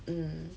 mm